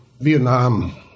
Vietnam